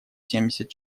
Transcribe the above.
семьдесят